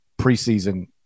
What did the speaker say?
preseason